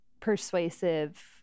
persuasive